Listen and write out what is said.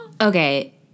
Okay